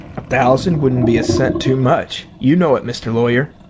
a thousand wouldn't be a cent too much you know it, mr. lawyer.